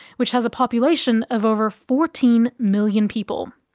which has a population of over fourteen million people.